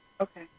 Okay